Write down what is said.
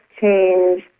change